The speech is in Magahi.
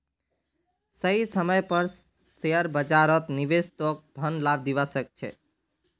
सही समय पर शेयर बाजारत निवेश तोक धन लाभ दिवा सके छे